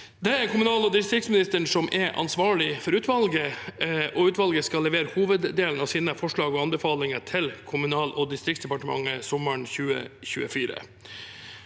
Det er kommunal- og distriktsministeren som er ansvarlig for utvalget, og utvalget skal levere hoveddelen av sine forslag og anbefalinger til Kommunal- og distriktsdepartementet sommeren 2024.